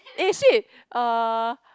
eh shit uh